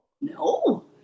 No